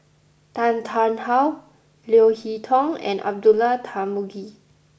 Tan Tarn How Leo Hee Tong and Abdullah Tarmugi